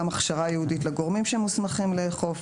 גם הכשרה ייעודית לגורמים שמוסמכים לאכוף,